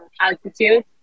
altitude